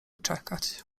czekać